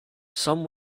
some